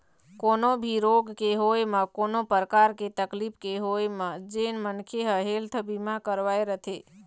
कोनो भी रोग के होय म कोनो परकार के तकलीफ के होय म जेन मनखे ह हेल्थ बीमा करवाय रथे